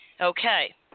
Okay